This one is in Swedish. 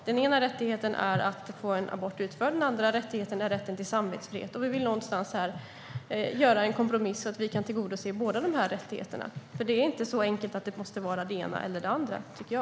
Den ena rättigheten är rätten att få en abort utförd. Den andra rättigheten är rätten till samvetsfrihet. Vi vill göra en kompromiss så att vi kan tillgodose båda rättigheterna, för det är inte så enkelt att det måste vara det ena eller det andra, tycker jag.